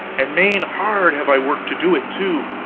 and main hard have i worked to do it, too.